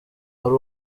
ari